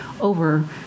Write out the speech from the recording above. over